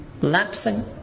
Lapsing